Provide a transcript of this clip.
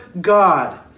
God